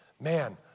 man